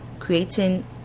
creating